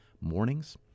mornings